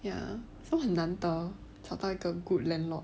ya so 很难得找到一个 good landlord